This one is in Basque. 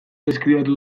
deskribatu